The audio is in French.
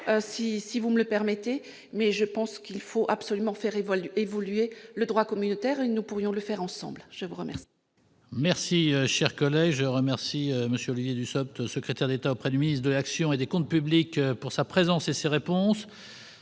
si vous me le permettez. Je pense qu'il faut absolument faire évoluer le droit communautaire en la matière, et nous pourrions le faire ensemble. Je remercie